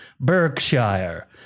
Berkshire